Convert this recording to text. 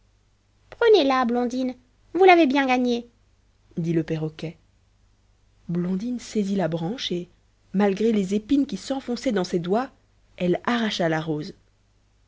prenez-la blondine vous l'avez bien gagnée dit le perroquet blondine saisit la branche et malgré les épines qui s'enfonçaient dans ses doigts elle arracha la rose